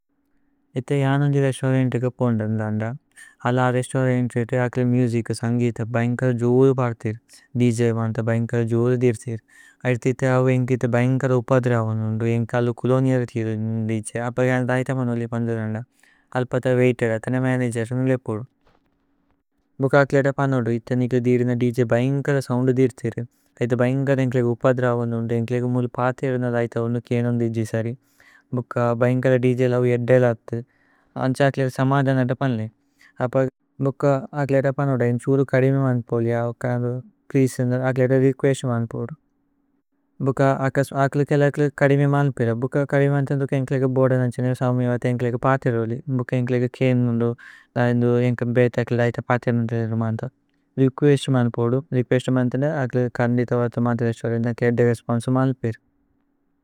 ഇഥേ യാനോന്ജി രേസ്തോരന്തേകേ പോന്ദന്ദന്ദ അല അദ്। രേസ്തോരന്തേ തേ അക്ലേ മുജിക സന്ഗീഥ ബൈന്ഗ്കര। ജൂരു പധ്ഥേരി ദ്ജ് മന്ഥ ബൈന്ഗ്കര ജൂരു। ധീര്ഥേരി അയ്രിതി ഇഥേ അവു ഏന്കേ ഇഥേ ബൈന്ഗ്കര। ഉപദ്രവനോന്ദു ഏന്കേ അലു കുലോനിഏരഥീരു ദ്ജ് അപ്പ। ഗന ദൈഥ മനോലി പന്ദന്ദന്ദ അല്പത വൈതേര്। അതനേ മനഗേര് നിലേ പോധു ഭുക്ക അക്ലേ ഏത പന്ഹോദു। ഇഥേ നിക്ലേ ധീരുന ദ്ജ് ബൈന്ഗ്കര സോഉന്ദു ധീ। ഹേരി ഐഥ ബൈന്ഗ്കര ഏന്കേലേഗേ ഉപദ്രവനോന്ദു। ഏന്കേലേഗേ മുല് പര്ഥി അദുന ദൈഥ ഉന്നു കിഏനോന്ദി। ജി സരി ബുക്ക ബൈന്ഗ്കര ദ്ജ് ലവി ഏദ്ദേല അഥ। അന്ഛ അക്ലേലേ സമധനത പന്ലേ അപ്പ ബുക്ക അക്ലേ। ഏത പന്ഹോദു ഏന്കേ ജൂരു കദിമേ മന്ഥോ ലി പ്ലേഅസേ। ഏന്കേ അക്ലേ ഏത രേകുഏസ്ത് മന്ഥോ ദു ഭുക്ക അക്ലേ കേലേ। അക്ലേ കദിമേ മന്ഥോ ലി ബുക്ക കദിമേ മന്ഥോ ലി। ഏന്കേലേഗേ ബോദ നന്ഛനേ സൌമ്യേ വഥേ ഏന്കേലേഗേ। പര്ഥേരോ ലി ബുക്ക ഏന്കേലേഗേ കിഏനോന്ദു ന ഏന്കേ। ബേഥേ അക്ലേ ദൈഥ പര്ഥേരോ ലി ഏന്കേ മന്ഥ രേകുഏസ്ത്। മന്ഥോ ദു രേകുഏസ്ത് മന്ഥോ ലി ഏന്കേ അക്ലേ കന്ദിതേ। വഥേ മന്ഥ രേസ്തോരന്തേകേ ഏന്കേ രേസ്പോന്സേ മന്ഥോ ലി।